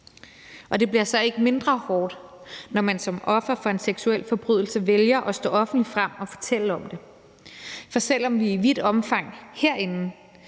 og det bliver så ikke mindre hårdt, når man som offer for en seksuel forbrydelse vælger at stå offentligt frem og fortælle om det. For selv om vi i vidt omfang herinde